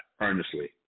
earnestly